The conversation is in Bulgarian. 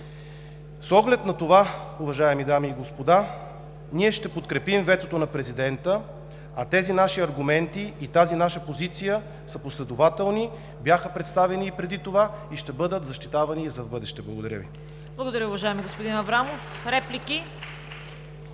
С оглед на това, уважаеми дами и господа, ние ще подкрепим ветото на Президента, а тези наши аргументи и тази наша позиция са последователни, бяха представени и преди това, и ще бъдат защитавани и в бъдеще. Благодаря Ви. (Ръкопляскания от ДПС.)